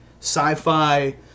sci-fi